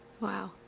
Wow